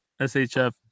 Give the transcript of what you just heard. SHF